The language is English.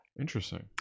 Interesting